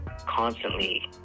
Constantly